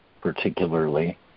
particularly